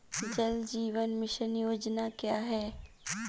जल जीवन मिशन योजना क्या है?